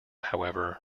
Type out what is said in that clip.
however